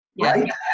right